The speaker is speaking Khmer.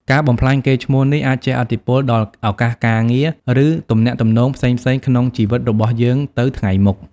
ការបំផ្លាញកេរ្តិ៍ឈ្មោះនេះអាចជះឥទ្ធិពលដល់ឱកាសការងារ ឬទំនាក់ទំនងផ្សេងៗក្នុងជីវិតរបស់យើងទៅថ្ងៃមុខ។